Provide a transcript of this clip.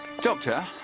Doctor